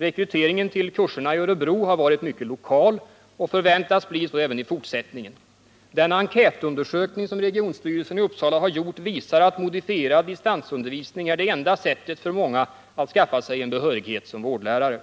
Rekryteringen till kurserna i Örebro har varit mycket lokal och förväntas bli så även i fortsättningen. Den enkät som regionstyrelsen i Uppsala har gjort visar att modifierad distansundervisning är det enda sättet för många att skaffa sig en behörighet som vårdlärare.